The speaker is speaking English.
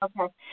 Okay